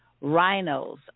rhinos